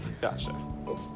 Gotcha